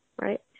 Right